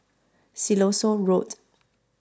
Siloso Road